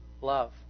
love